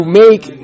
make